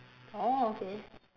orh okay